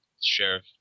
Sheriff